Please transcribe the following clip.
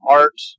art